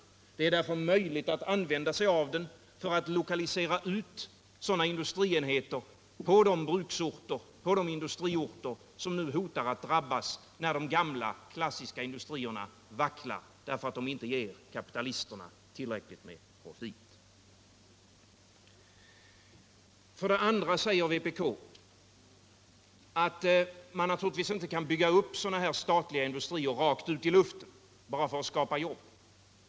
Det är därför möjligt att använda den för att lokalisera ut industrienheter på de bruksorter och industriorter som nu hotar att drabbas när de gamla klassiska industrierna vacklar därför att de inte ger kapitalisterna tillräckligt med profit. För det andra säger vpk att man naturligtvis inte kan bygga upp sådana här statliga industrier rakt ut i luften bara för att skapa jobb.